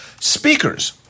Speakers